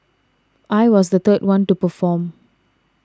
I was the third one to perform